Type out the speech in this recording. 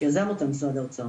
יזם אותה משרד האוצר.